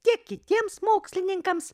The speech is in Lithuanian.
tiek kitiems mokslininkams